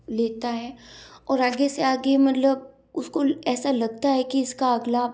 लेता है और आगे से आगे मतलब उसको ऐसा लगता है कि इसका अगला